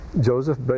Joseph